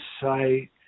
site